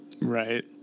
Right